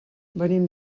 venim